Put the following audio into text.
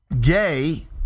gay